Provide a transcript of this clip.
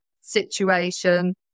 situation